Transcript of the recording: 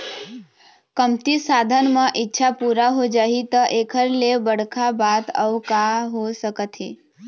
कमती साधन म इच्छा पूरा हो जाही त एखर ले बड़का बात अउ का हो सकत हे